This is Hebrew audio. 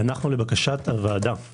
לבקשת הוועדה,